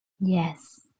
Yes